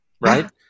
right